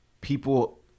people